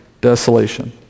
desolation